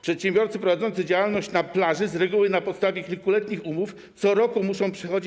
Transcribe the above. Przedsiębiorcy prowadzący działalność na plaży z reguły na podstawie kilkuletnich umów, co roku muszą przechodzić.